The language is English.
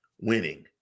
winning